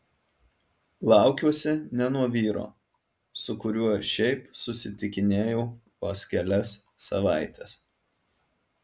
laukiuosi ne nuo vyro su kuriuo šiaip susitikinėjau vos kelias savaites